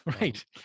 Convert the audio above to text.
right